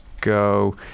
go